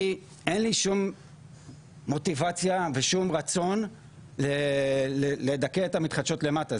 אין לי שום מוטיבציה ושום רצון לדכא את המתחדשות למטה.